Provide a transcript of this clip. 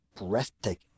breathtaking